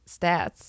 stats